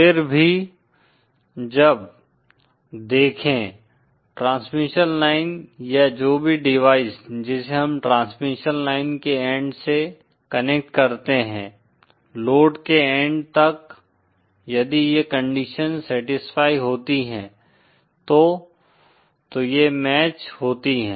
फिर भी जब देखें ट्रांसमिशन लाइन या जो भी डिवाइस जिसे हम ट्रांसमिशन के एन्ड से कनेक्ट करते हैं लोड के एन्ड तक यदि ये कंडीशंस सेटिस्फाई होती हैं तो तो ये मैच होती हैं